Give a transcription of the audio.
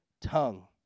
tongue